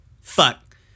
fuck